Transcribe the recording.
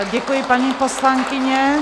Děkuji, paní poslankyně.